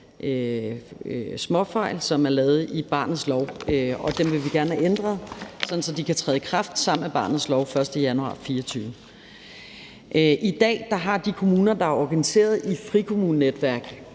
småfejl, som er lavet i barnets lov, og dem vil vi gerne have ændret, sådan at de kan træde i kraft sammen med barnets lov den 1. januar 2024. I dag har de kommuner, der er organiseret i frikommunenetværk